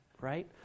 right